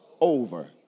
over